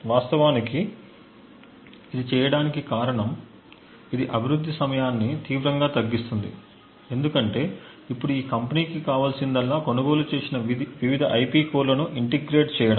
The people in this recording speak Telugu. వాస్తవానికి ఇది చేయటానికి కారణం ఇది అభివృద్ధి సమయాన్ని తీవ్రంగా తగ్గిస్తుంది ఎందుకంటే ఇప్పుడు ఈ కంపెనీకు కావలసిందల్లా కొనుగోలు చేసిన వివిధ ఐపి కోర్లను ఇంటెగ్రేట్ చేయడం